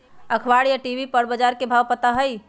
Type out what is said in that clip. अखबार या टी.वी पर बजार के भाव पता होई?